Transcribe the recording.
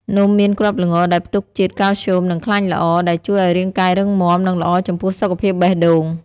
នំមានគ្រាប់ល្ងដែលផ្ទុកជាតិ កាល់ស្យូម និង ខ្លាញ់ល្អ ដែលជួយឲ្យរាងកាយរឹងមាំ និងល្អចំពោះសុខភាពបេះដូង។